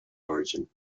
origin